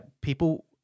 people